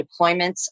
deployments